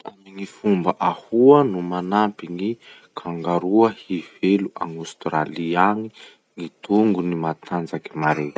Amy gny fomba ahoa no manampy gny kangaroa hivelo en austratlie agny, gny tongony matantakjy mare?